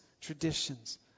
traditions